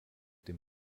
dem